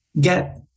get